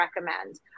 recommend